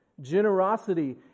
Generosity